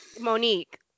Monique